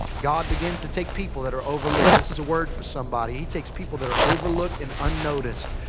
god begins to take people that are overlooked. this is a word for somebody. he takes people that are overlooked and unnoticed.